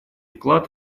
вклад